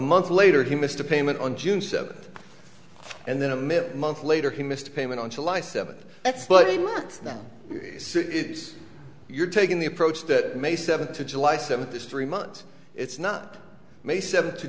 month later he missed a payment on june seventh and then a mere month later he missed a payment on july seventh but now you're taking the approach that may seventh to july seventh history month it's not may seventh to